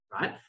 right